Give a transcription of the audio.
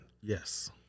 Yes